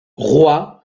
roi